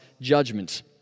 judgment